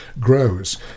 grows